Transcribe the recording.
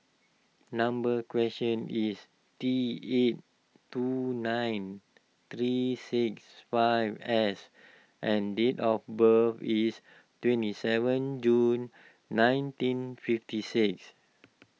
number question T eight two nine three six five S and date of birth is twenty seven June nineteen fifty six